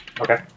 Okay